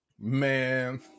man